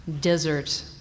desert